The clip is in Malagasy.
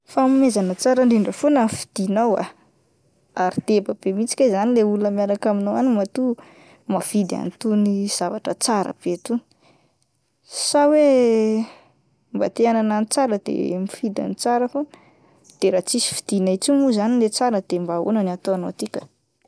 Fanomezana tsara indrindra foana no fidianao ah, ary deba be mintsy kay zany le olona miaraka aminao any matoa mahavidy an'ny itony zavatra tsara be tony, sa hoe mba te hanana ny tsara de mifidy ny tsara foana, de raha tsisy fidianay tsony moa zany le tsara de mba ahoana no ataonao ity ka?